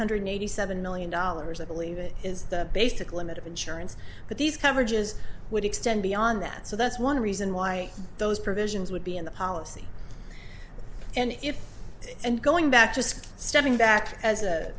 hundred eighty seven million dollars i believe it is the basic limit of insurance but these coverages would extend beyond that so that's one reason why those provisions would be in the policy and if and going back just stepping back as a